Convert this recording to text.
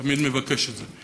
תמיד מבקש את זה.